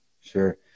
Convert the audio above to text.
sure